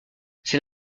c’est